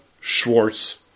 Schwartz